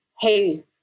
hey